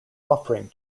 offering